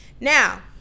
Now